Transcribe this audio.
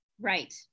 Right